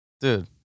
Dude